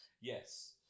Yes